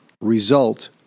result